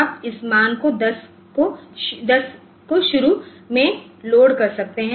आप इस मान को 10 को शुरू में लोड कर सकते हैं